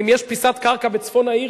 אם יש פיסת קרקע בצפון העיר,